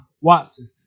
Watson